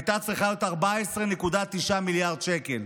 הייתה צריכה להיות 14.9 מיליארד שקלים.